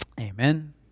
Amen